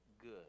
good